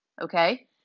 okay